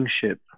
kingship